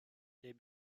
they